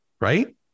right